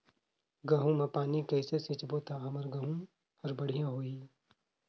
गहूं म पानी कइसे सिंचबो ता हमर गहूं हर बढ़िया होही?